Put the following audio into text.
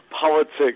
politics